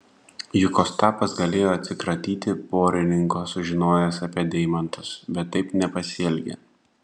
juk ostapas galėjo atsikratyti porininko sužinojęs apie deimantus bet taip nepasielgė